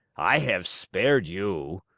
i have spared you.